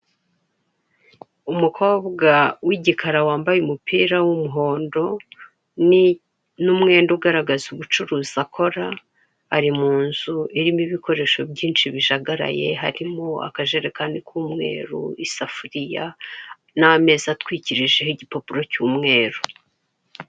Umukobwa w'igikara wambaye umupira w'umuhondo n'umwenda ugaragaza ubucuruzi akora, ari mu nzu irimo ibikoresho byinshi bijagaraye, harimo akajerekani k'umweru, isafuriya n'ameza atwikije igipapuro cy'umweru.